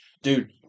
Dude